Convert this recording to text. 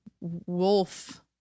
wolf